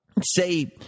say